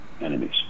enemies